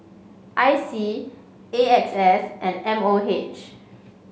I C A X S and M O H